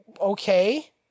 okay